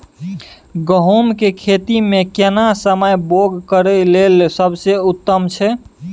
गहूम के खेती मे केना समय बौग करय लेल सबसे उत्तम छै?